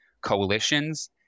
coalitions